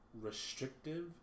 restrictive